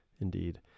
Indeed